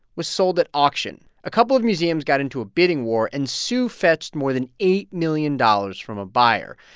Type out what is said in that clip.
was sold at auction. a couple of museums got into a bidding war, and sue fetched more than eight million dollars from a buyer.